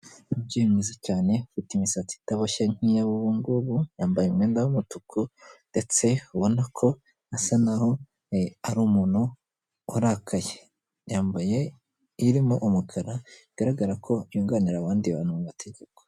Umubyeyi mwiza cyane ufite imisatsi itaboshye nk'iy'abubu ngubu yambaye umwenda w'umutuku ndetse ubona ko asa naho ari umuntu warakaye, yambaye ibirimo umukara bigaragara ko yunganira abandi bantu mu mategeko.